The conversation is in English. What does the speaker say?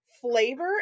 flavor